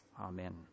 Amen